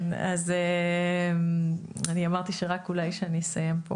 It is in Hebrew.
רק אולי כשאסיים פה